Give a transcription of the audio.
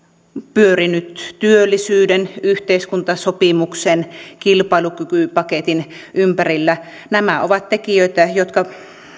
pyörinyt työllisyyden yhteiskuntasopimuksen kilpailukykypaketin ympärillä nämä ovat tekijöitä jotka